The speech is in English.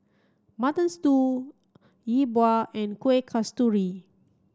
Mutton Stew Yi Bua and Kuih Kasturi